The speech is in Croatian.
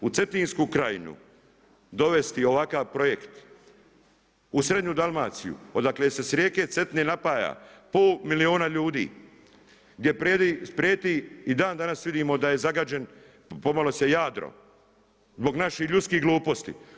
U Cetinsku krajinu dovesti ovakav projekt, u srednju Dalmaciju odakle se s rijeke Cetine napaja pola milijuna ljudi, gdje prijeti i dan danas vidimo da je zagađen, pomalo … Jadro zbog naših ljudskih gluposti.